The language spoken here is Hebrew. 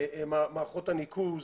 מערכות הניקוז,